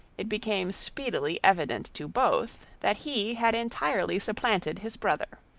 it became speedily evident to both, that he had entirely supplanted his brother.